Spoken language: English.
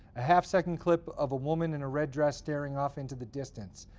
a half-second clip of a woman in a red dress staring off into the distance.